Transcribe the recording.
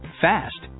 fast